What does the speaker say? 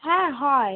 হ্যাঁ হয়